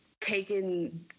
taken